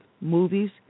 movies